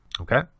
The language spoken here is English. Okay